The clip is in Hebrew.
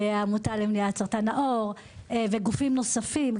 העמותה למניעת סרטן העור וגופים נוספים,